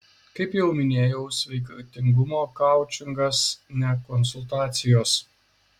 kaip jau minėjau sveikatingumo koučingas ne konsultacijos